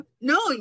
no